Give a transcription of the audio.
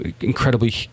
incredibly